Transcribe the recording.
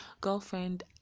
girlfriend